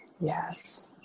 Yes